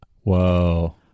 Whoa